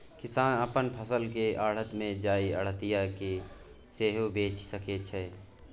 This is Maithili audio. किसान अपन फसल केँ आढ़त मे जाए आढ़तिया केँ सेहो बेचि सकै छै